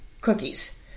cookies